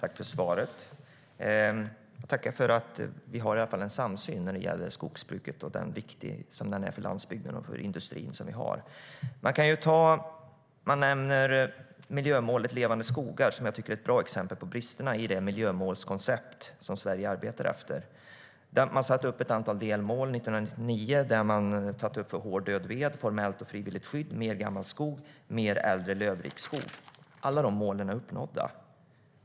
Herr talman! Jag tackar för att vi i alla fall har en samsyn när det gäller skogsbruket och hur viktigt det är för landsbygden och industrin. Miljömålet Levande skogar är ett bra exempel på bristerna i det miljömålskoncept som Sverige arbetar efter. Det sattes upp ett antal delmål 1999 i fråga om hård död ved, formellt och frivilligt skydd, mer gammal skog och mer äldre lövrik skog. Alla målen är uppnådda.